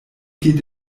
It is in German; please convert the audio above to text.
geht